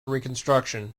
reconstruction